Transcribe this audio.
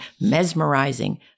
mesmerizing